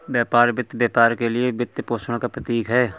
व्यापार वित्त व्यापार के लिए वित्तपोषण का प्रतीक है